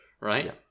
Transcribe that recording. right